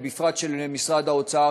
ובפרט של משרד האוצר.